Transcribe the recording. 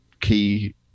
key –